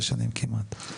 12 שנים כמעט.